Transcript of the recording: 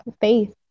faith